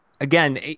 again